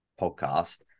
podcast